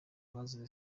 bazize